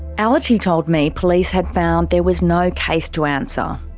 allity told me police had found there was no case to answer.